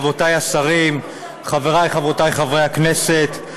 רבותי השרים, חברי וחברותי חברי הכנסת,